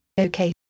Okay